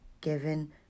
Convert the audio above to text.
given